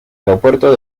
aeropuerto